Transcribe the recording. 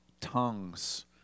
tongues